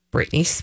Britney